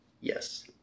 Yes